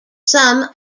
some